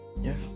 yes